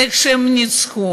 איך הם ניצחו.